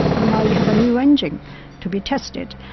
now you have a new engine to be tested.